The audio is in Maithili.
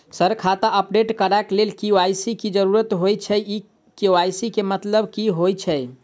सर खाता अपडेट करऽ लेल के.वाई.सी की जरुरत होइ छैय इ के.वाई.सी केँ मतलब की होइ छैय?